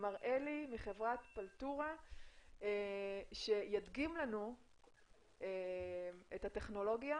מראלי מחברת פלתורה שידגים לנו את הטכנולוגיה